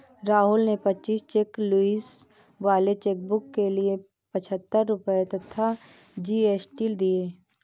राहुल ने पच्चीस cheque leaves वाले चेकबुक के लिए पच्छत्तर रुपये तथा जी.एस.टी दिए